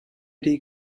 die